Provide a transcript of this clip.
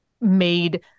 made